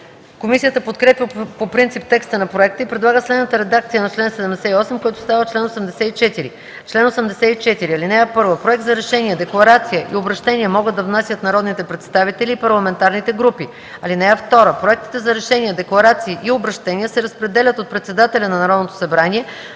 Комисията подкрепя по принцип текста на проекта и предлага следната редакция на чл. 78, който става чл. 84: „Чл. 84. (1) Проект за решение, декларация и обръщение могат да внасят народните представители и парламентарните групи. (2) Проектите за решения, декларации и обръщения се разпределят от председателя на Народното събрание